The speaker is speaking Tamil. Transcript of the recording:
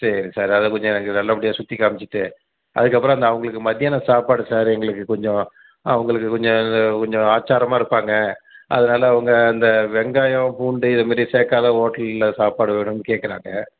சரி சார் அதை கொஞ்சம் எங்களுக்கு நல்லபடியாக சுற்றி காமிச்சிவிட்டு அதுக்கப்புறம் இந்த அவங்களுக்கு மதியான சாப்பாடு சார் எங்களுக்கு கொஞ்சம் அவங்களுக்கு கொஞ்சம் இந்த கொஞ்சம் ஆச்சாரமாக இருப்பாங்க அதனால் அவங்க இந்த வெங்காயம் பூண்டு இதுமாரி சேர்க்காத ஹோட்டலில் சாப்பாடு வேணும்ன்னு கேட்குறாங்க